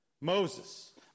Moses